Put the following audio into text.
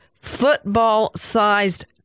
football-sized